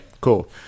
cool